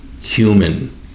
human